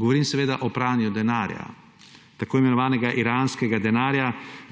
Govorim seveda o pranju tako imenovanega iranskega denarja,